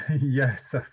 Yes